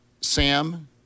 Sam